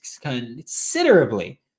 considerably